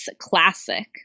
classic